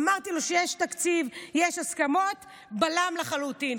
אמרתי לו שיש תקציב, יש הסכמות, בלם לחלוטין.